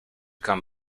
come